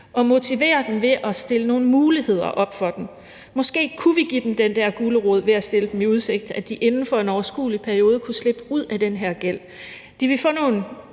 og motivere dem ved at stille nogle muligheder op for dem. Måske kunne vi give dem den der gulerod ved at stille dem i udsigt, at de inden for en overskuelig periode kunne slippe ud af den her gæld.